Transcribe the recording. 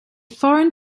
foreign